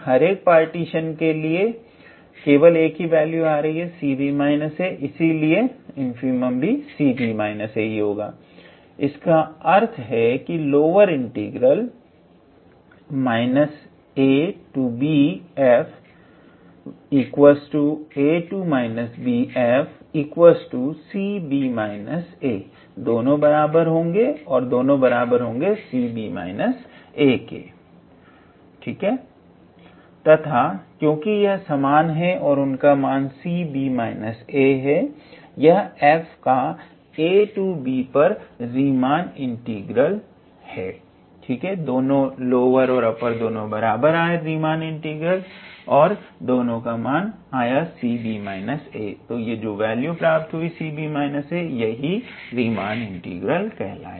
अतः lower integral तथा upper integral समान है अर्थात तथा क्योंकि वह समान है और उनका मान 𝑐𝑏−𝑎 है यह f का ab पर रीमान इंटीग्रल है